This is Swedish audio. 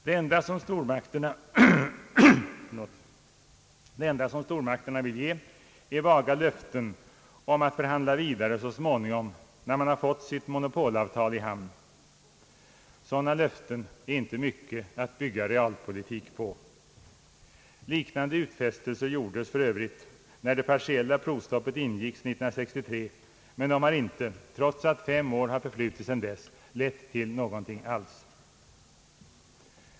Det enda stormakterna vill ge är vaga löften om att förhandla vidare så småningom, när man har fått sitt monopolavtal i hamn, Sådana löften är inte mycket att bygga realpolitik på. Liknande utfästelser gjordes när det partiella provstoppet ingicks år 1963, men de har inte, trots att fem år har för flutit sedan dess, lett till någonting alls.